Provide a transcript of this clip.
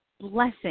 blessing